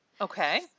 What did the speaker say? Okay